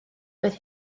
doedd